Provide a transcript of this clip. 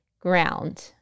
ground